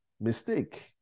mistake